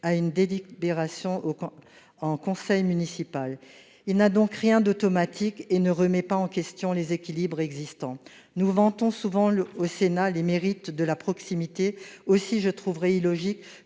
à une délibération en conseil municipal. Celui-ci n'a donc rien d'automatique et ne remet pas en question les équilibres existants. Nous vantons souvent ici les mérites de la proximité. Il me paraîtrait illogique